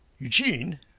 Eugene